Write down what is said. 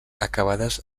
acabades